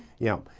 yeah.